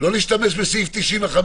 לא להשתמש בסעיף 95,